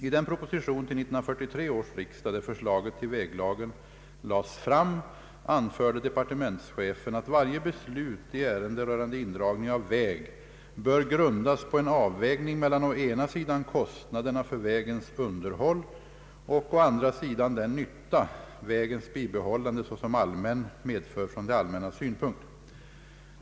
I den proposition till 1943 års riksdag där förslaget till väglagen lades fram anförde departementschefen, att varje beslut i ärende rörande indragning av väg bör grundas på en avvägning mellan å ena sidan kostnaderna för vägens underhåll och å andra sidan den nytta vägens bibehållande såsom allmän medför från det allmännas synpunkt.